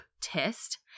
test